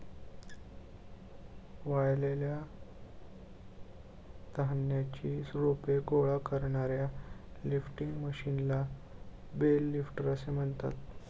वाळलेल्या धान्याची रोपे गोळा करणाऱ्या लिफ्टिंग मशीनला बेल लिफ्टर असे म्हणतात